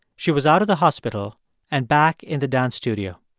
she was out of the hospital and back in the dance studio.